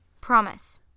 Promise